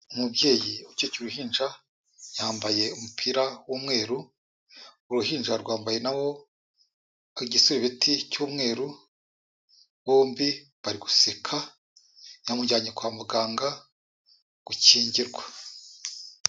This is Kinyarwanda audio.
Umubyeyi ucyekeye uruhinja, yambaye umupira w'umweru, uruhinja rwambaye na rwo igisarubeti cy'umweru, bombi bari guseka yamujyanye kwa muganga gukingirwa.